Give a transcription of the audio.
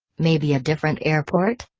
maybe a different airport?